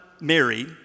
Mary